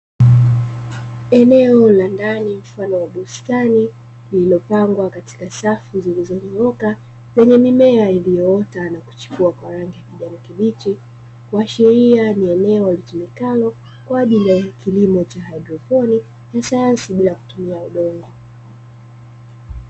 Eneo la ndani mfano wa bustani lililopangwa katika safu zilizonyooka lenye mimea, iliyoota na kuchipua kwa rangi ya kijani kibichi kuashiria ni eneo litumikalo kwaajili ya kilimo cha haidroponi ya sayansi bila kutumia udongo.